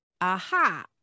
aha